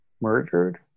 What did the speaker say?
murdered